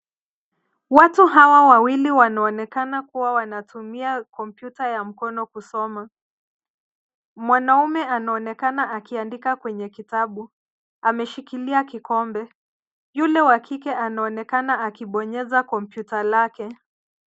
Watu hawa wawili wanaonekana kuwa wanatumia kompyuta ya mkono kusoma, mwanaume anaonekana akiandika kwenye kitabu, ameshikilia kikombe, yule wa kike anaonekana akibonyeza kompyuta lake.